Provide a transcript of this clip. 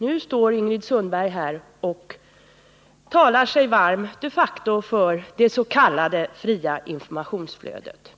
Ändå står Ingrid Sundberg här i kammaren och talar sig varm för det s.k. fria informationsflödet.